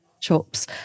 chops